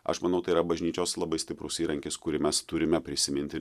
aš manau tai yra bažnyčios labai stiprus įrankis kurį mes turime prisiminti